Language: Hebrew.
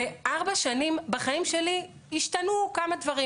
ובארבע השנים בחיים שלי השתנו כמה דברים,